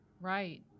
Right